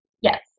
Yes